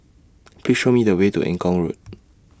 Please Show Me The Way to Eng Kong Road